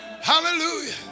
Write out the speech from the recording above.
Hallelujah